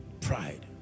Pride